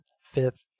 fifth